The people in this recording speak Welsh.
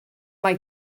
mae